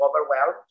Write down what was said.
overwhelmed